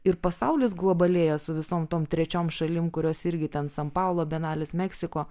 ir pasaulis globalėja su visom tom trečiom šalim kurios irgi ten san paulo benalis meksiko